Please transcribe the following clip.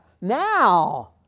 now